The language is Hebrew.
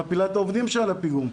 מפילה את העובדים שעל הפיגום.